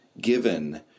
given